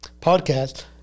podcast